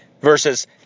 versus